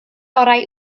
orau